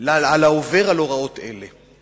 על העובר על הוראות אלה.